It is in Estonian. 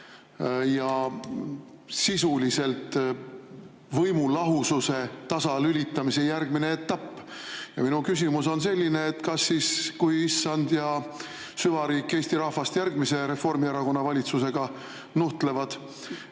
ja sisuliselt võimude lahususe tasalülitamise järgmine etapp. Minu küsimus on selline. Kas siis, kui issand ja süvariik Eesti rahvast järgmise Reformierakonna valitsusega nuhtlevad,